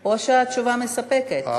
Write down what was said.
או שהתשובה מספקת.